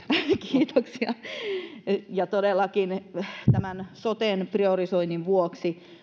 kiitoksia todellakin tämän soten priorisoinnin vuoksi